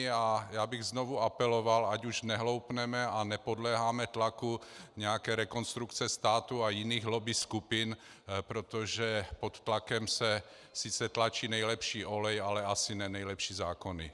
A já bych znovu apeloval, ať už nehloupneme a nepodléháme tlaku nějaké Rekonstrukce státu a jiných lobby skupin, protože pod tlakem se sice tlačí nejlepší olej, ale asi ne nejlepší zákony.